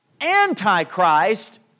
Antichrist